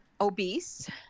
obese